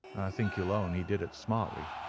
think you'll own he did it smartly.